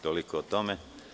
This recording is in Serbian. Toliko o tome.